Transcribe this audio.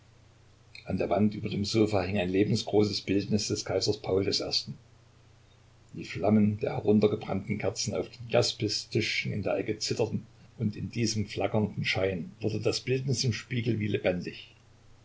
an der wand über dem sofa hing ein lebensgroßes bildnis des kaisers paul i die flammen der heruntergebrannten kerzen auf dem jaspistischchen in der ecke zitterten und in diesem flackernden schein wurde das bildnis im spiegel wie lebendig